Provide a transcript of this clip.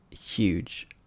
huge